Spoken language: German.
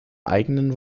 eigenen